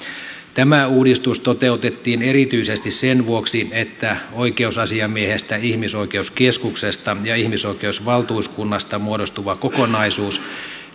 tämä uudistus toteutettiin erityisesti sen vuoksi että oikeusasiamiehestä ihmisoikeuskeskuksesta ja ihmisoikeusvaltuuskunnasta muodostuva kokonaisuus